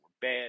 bad